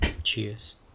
Cheers